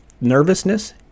Nervousness